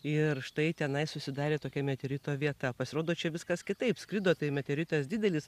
ir štai tenai susidarė tokia meteorito vieta pasirodo čia viskas kitaip skrido tai meteoritas didelis